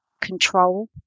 control